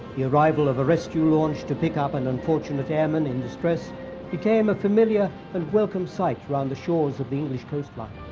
the arrival of the rescue launch to pick up an unfortunate airman in distress became a familiar and welcome sight around the shores of the english coastline.